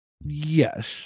Yes